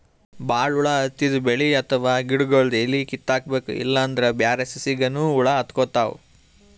ಭಾಳ್ ಹುಳ ಹತ್ತಿದ್ ಬೆಳಿ ಅಥವಾ ಗಿಡಗೊಳ್ದು ಎಲಿ ಕಿತ್ತಬೇಕ್ ಇಲ್ಲಂದ್ರ ಬ್ಯಾರೆ ಸಸಿಗನೂ ಹುಳ ಹತ್ಕೊತಾವ್